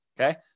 Okay